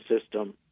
system